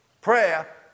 prayer